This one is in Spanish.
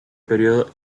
período